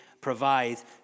provides